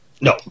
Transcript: No